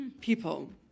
people